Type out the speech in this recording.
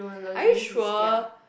are you sure